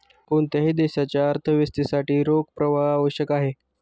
कोणत्याही देशाच्या अर्थव्यवस्थेसाठी रोख प्रवाह आवश्यक आहे